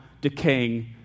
decaying